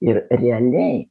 ir realiai